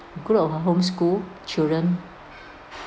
group of home home school children